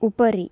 उपरि